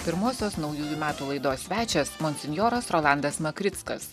pirmosios naujųjų metų laidos svečias monsinjoras rolandas makrickas